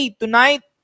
tonight